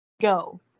go